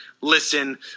listen